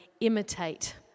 imitate